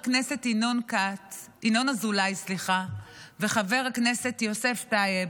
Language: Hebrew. חבר הכנסת ינון אזולאי וחבר הכנסת יוסף טייב,